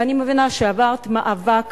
ואני מבינה שעברת מאבק